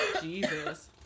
Jesus